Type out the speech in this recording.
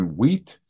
wheat